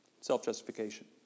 self-justification